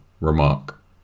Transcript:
remark